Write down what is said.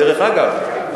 דרך אגב,